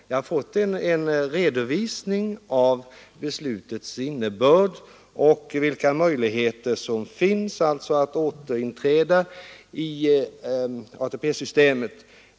Jag har fått en redovisning av beslutets innebörd och av vilka möjligheter som finns att återinträda i ATP-systemet.